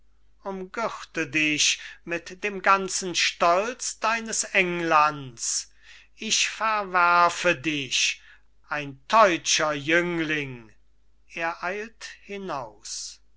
volks umgürte dich mit dem ganzen stolz deines englands ich verwerfe dich ein deutscher jüngling er eilt hinaus